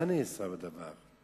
מה נעשה בדבר?